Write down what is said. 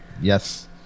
Yes